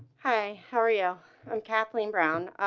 hi, how are you i'm kathleen brown,